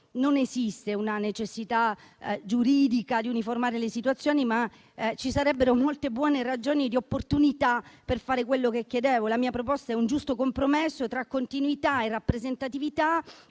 non esiste una necessità giuridica di uniformare le situazioni, ma ci sarebbero molte buone ragioni di opportunità per fare quello che chiedevo. La mia proposta è un giusto compromesso tra continuità e rappresentatività,